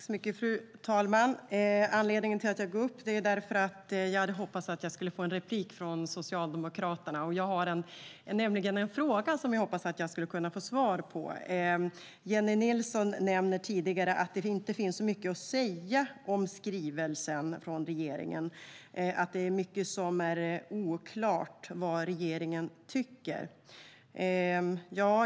Fru talman! Anledningen till att jag går upp är att jag hade hoppats få en replik från Socialdemokraterna. Jag har nämligen en fråga som jag nu hoppas att jag kan få svar på. Jennie Nilsson nämnde tidigare att det inte finns så mycket att säga om skrivelsen från regeringen och att det är mycket som är oklart i fråga om vad regeringen tycker.